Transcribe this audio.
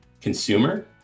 consumer